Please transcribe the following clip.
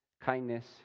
kindness